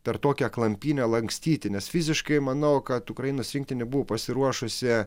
per tokią klampynę lankstyti nes fiziškai manau kad ukrainos rinktinė buvo pasiruošusi